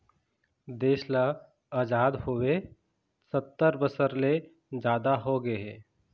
देश ल अजाद होवे सत्तर बछर ले जादा होगे हे